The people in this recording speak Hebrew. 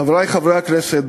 חברי חברי הכנסת,